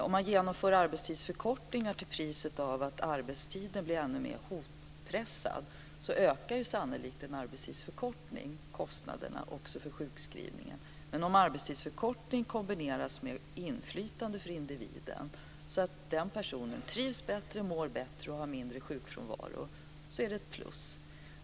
Om man genomför arbetstidsförkortningar till priset av att arbetstiden blir ännu mer hoppressad ökar sannolikt en arbetstidsförkortning kostnaderna för sjukskrivning. Men om arbetstidsförkortning kombineras med inflytande för individen så att denne trivs bättre, mår bättre och har mindre sjukfrånvaro är det ett plus.